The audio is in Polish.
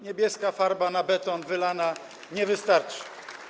Niebieska farba na beton wylana nie wystarczy.